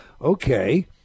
okay